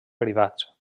privats